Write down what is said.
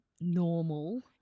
normal